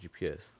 GPS